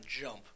jump